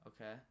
okay